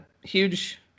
huge